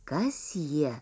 kas jie